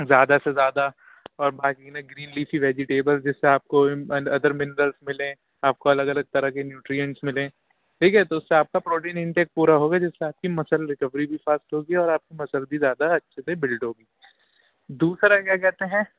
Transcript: زیادہ سے زیادہ اور باقی گرین لیفی ویجیٹیبلس جس سے آپ کو ادر منرلس ملیں آپ کو الگ الگ طرح کے نیوٹریئنٹس ملیں ٹھیک ہے تو اس سے آپ کا پروٹین انٹیک پورا ہوگا جس سے آپ کی مسل رکوری بھی فاسٹ ہوگی اور آپ کی مسل بھی زیادہ اچھے سے بلڈ ہوگی دوسرا کیا کہتے ہیں